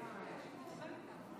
גברתי היושבת-ראש.